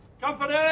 Company